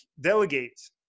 delegate